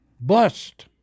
bust